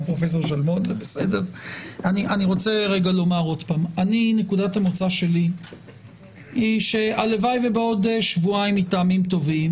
שוב שנקודת המוצא שלי היא שהלוואי ובעוד שבועיים מטעמים טובים